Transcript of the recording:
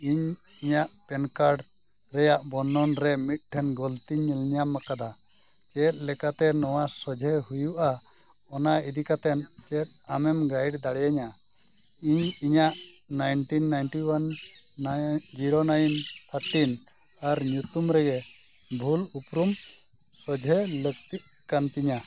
ᱤᱧ ᱤᱧᱟᱹᱜ ᱯᱮᱱᱠᱟᱨᱰ ᱨᱮᱱᱟᱜ ᱵᱚᱨᱱᱚᱱᱨᱮ ᱢᱤᱫᱴᱮᱱ ᱜᱟᱹᱞᱛᱤᱧ ᱧᱮᱞ ᱧᱟᱢ ᱟᱠᱟᱫᱟ ᱪᱮᱫ ᱞᱮᱠᱟᱛᱮ ᱱᱚᱣᱟ ᱥᱚᱡᱷᱮᱭ ᱦᱩᱭᱩᱜᱼᱟ ᱚᱱᱟ ᱤᱫᱤ ᱠᱟᱛᱮᱫ ᱪᱮᱫ ᱟᱢᱮᱢ ᱜᱟᱭᱤᱰ ᱫᱟᱲᱮᱭᱟᱹᱧᱟᱹ ᱤᱧ ᱤᱧᱟᱹᱜ nineteen ninety one zero nine thirteen ᱟᱨ ᱧᱩᱛᱩᱢ ᱨᱮᱱᱟᱜ ᱵᱷᱩᱞ ᱩᱯᱨᱩᱢ ᱥᱚᱡᱷᱮᱭ ᱞᱟᱹᱠᱛᱤᱜ ᱠᱟᱱ ᱛᱤᱧᱟᱹ